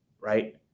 Right